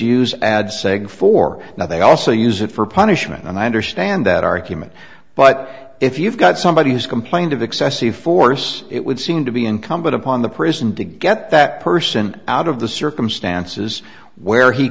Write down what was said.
use ad saying for now they also use it for punishment and i understand that argument but if you've got somebody who's complained of excessive force it would seem to be incumbent upon the prison to get that person out of the circumstances where he